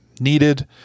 needed